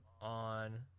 on